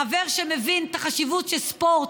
חבר שמבין את החשיבות של ספורט,